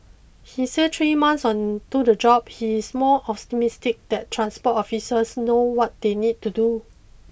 he said three months into the job he is more optimistic that transport officials know what they need to do